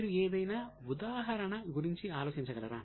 మీరు ఏదైనా ఉదాహరణ గురించి ఆలోచించగలరా